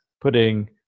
putting